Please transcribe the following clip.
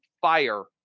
fire